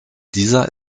dieser